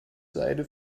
seide